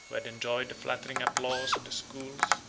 who had enjoyed the flattering applause of the schools,